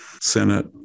Senate